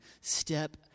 step